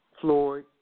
Floyd